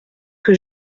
que